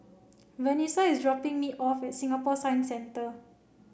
Vanessa is dropping me off at Singapore Science Centre